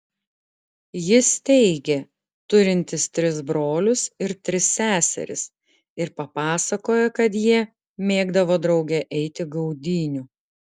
jis teigė turintis tris brolius ir tris seseris ir papasakojo kad jie mėgdavo drauge eiti gaudynių